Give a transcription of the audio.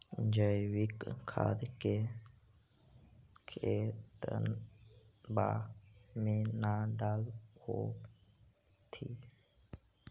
जैवीक खाद के खेतबा मे न डाल होथिं?